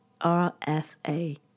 RFA